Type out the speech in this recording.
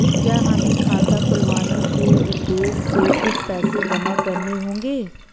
क्या हमें खाता खुलवाने के उद्देश्य से कुछ पैसे जमा करने होंगे?